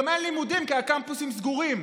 גם אין לימודים, כי הקמפוסים סגורים.